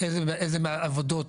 איזה מהעבודות,